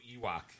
Ewok